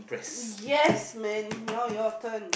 yes man now your turn